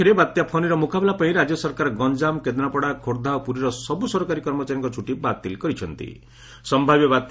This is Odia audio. ଅନ୍ୟପକ୍ଷରେ ବାତ୍ୟା 'ଫନି'ର ମୁକାବିଲା ପାଇଁ ରାଜ୍ୟ ସରକାର ଗଞାମ କେନ୍ଦ୍ରାପଡା ଖୋର୍ବ୍ଧା ଓ ପୁରୀର ସବୁ ସରକାରୀ କର୍ମଚାରୀଙ୍କ ଛୁଟି ବାତିଲ କରିଛନ୍ତି ସ୍